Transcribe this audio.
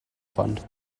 fund